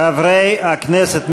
חברי הכנסת,